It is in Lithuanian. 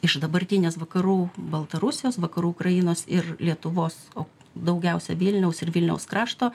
iš dabartinės vakarų baltarusijos vakarų ukrainos ir lietuvos o daugiausia vilniaus ir vilniaus krašto